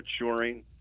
maturing